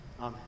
Amen